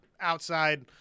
outside